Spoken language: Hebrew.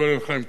כולל חיים כץ.